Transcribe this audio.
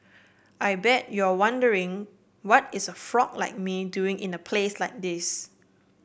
I bet you're wondering what is a frog like me doing in a place like this